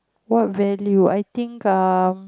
what value I think um